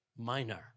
minor